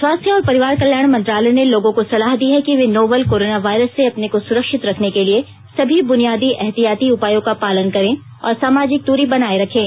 स्वास्थ्य और परिवार कल्याण मंत्रालय ने लोगों को सलाह दी है कि वे नोवल कोरोना वायरस से अपने को सुरक्षित रखने के लिए सभी बुनियादी एहतियाती उपायों का पालन करें और सामाजिक दूरी बनाए रखें